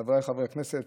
חבריי חברי הכנסת,